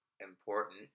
important